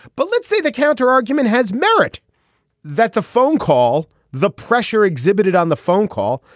but let's say the counter argument has merit that the phone call the pressure exhibited on the phone call.